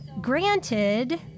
granted